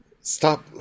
stop